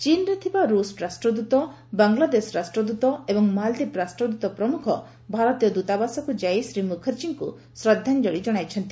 ଚୀନ୍ରେ ଥିବା ରୁଷ ରାଷ୍ଟ୍ରଦୂତ ବାଙ୍ଗଲାଦେଶ ରାଷ୍ଟ୍ରଦୂତ ଏବଂ ମାଳଦୀପ୍ ରାଷ୍ଟ୍ରଦୂତ ପ୍ରମୁଖ ଭାରତୀୟ ଦୂତାବାସକୁ ଯାଇ ଶ୍ରୀ ମୁଖାର୍ଜୀଙ୍କୁ ଶ୍ରଦ୍ଧାଞ୍ଜଳୀ ଜଣାଇଛନ୍ତି